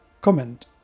comment